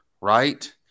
Right